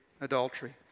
adultery